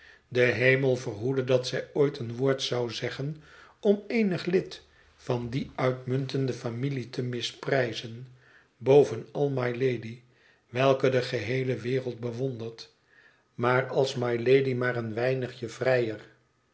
de hemel verhoede dat zij ooit een woord zou zeggen om eenig lid van die uitmuntende familie te misprijzen bovenal mylady welke de geheele wereld bewondert maar als mylady maar een weinigj e vrijer